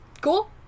Cool